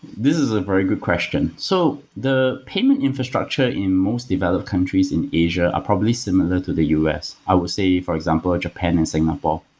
this is a very good question. so the payment infrastructure in most developed countries in asia are probably similar to the u s. i will say, for example, japan and singapore.